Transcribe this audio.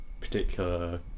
particular